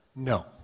No